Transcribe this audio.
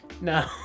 No